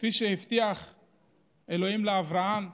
כפי שהבטיח אלוהים לאברהם,